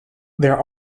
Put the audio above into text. there